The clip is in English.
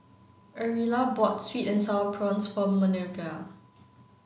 Ariella bought sweet and sour prawns for Minervia